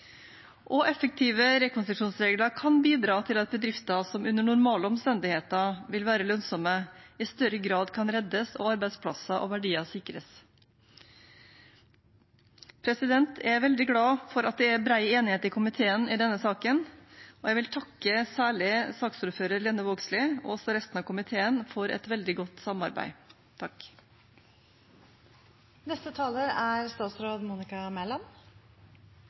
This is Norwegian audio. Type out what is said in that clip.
Effektive rekonstruksjonsregler kan bidra til at bedrifter som under normale omstendigheter vil være lønnsomme, i større grad kan reddes og arbeidsplasser og verdier sikres. Jeg er veldig glad for at det er bred enighet i komiteen i denne saken, og jeg vil takke særlig saksordfører Lene Vågslid, og også resten av komiteen, for et veldig godt samarbeid. Først og fremst: Tusen takk